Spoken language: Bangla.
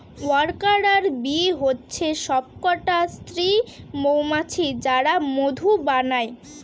ওয়ার্কার বী হচ্ছে সবকটা স্ত্রী মৌমাছি যারা মধু বানায়